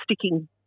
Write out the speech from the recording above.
sticking